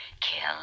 Kill